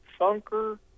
Funker